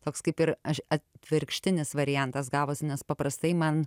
toks kaip ir aš atvirkštinis variantas gavosi nes paprastai man